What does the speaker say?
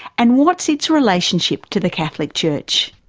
and what's its relationship to the catholic church?